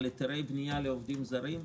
על היתרי בנייה לעובדים זרים,